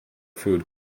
food